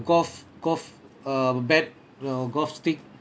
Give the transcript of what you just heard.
golf golf uh bat you know golf stick